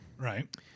Right